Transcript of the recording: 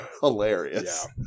Hilarious